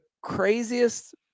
craziest